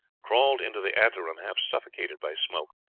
crawled into the anteroom half suffocated by smoke,